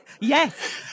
Yes